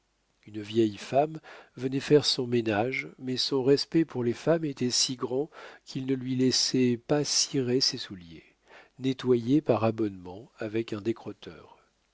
une vieille femme venait faire son ménage mais son respect pour les femmes était si grand qu'il ne lui laissait pas cirer ses souliers nettoyés par abonnement avec un décrotteur